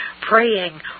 praying